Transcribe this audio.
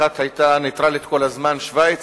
אחת היתה נייטרלית כל הזמן, שווייץ,